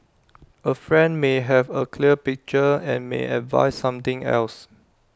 A friend may have A clear picture and may advise something else